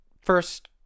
first